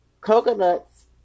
coconuts